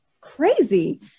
crazy